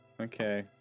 okay